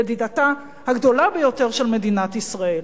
ידידתה הגדולה ביותר של מדינת ישראל.